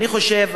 אני חושב,